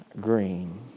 green